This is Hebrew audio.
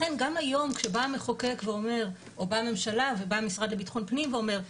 לכן גם היום כשבאים המחוקק או הממשלה והמשרד לביטחון ואומרים,